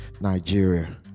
Nigeria